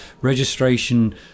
registration